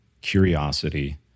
curiosity